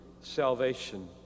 salvation